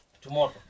tomorrow